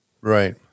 right